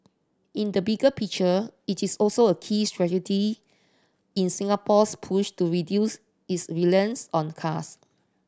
in the bigger picture it is also a key strategy in Singapore's push to reduce its reliance on the cars